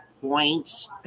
points